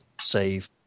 save